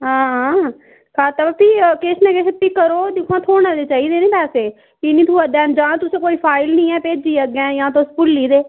हां पता किश ना किश भी करो दिक्खो आं थ्होने ते चाहिदे निं पैसे की निं थ्होआ दे हैन जां तुसें कोई फाईल निं है भेज्जी अग्गें यां तुस भुल्ली गेदे